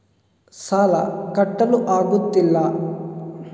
ಸಾಲ ಕಟ್ಟಲು ಆಗುತ್ತಿಲ್ಲ